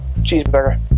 Cheeseburger